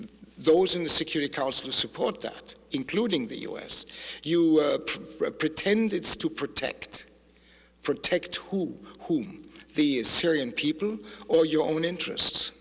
those in the security council support that including the us you pretend it's to protect protect who whom the syrian people or your own interests